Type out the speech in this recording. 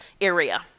area